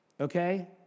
okay